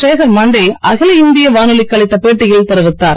சேகர் மாண்டே அகில இந்திய வானொலிக்கு அளித்த பேட்டியில் தெரிவித்தார்